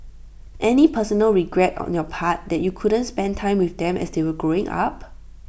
any personal regrets on your part that you couldn't spend time with them as they were growing up